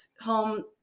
home